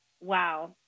wow